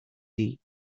deep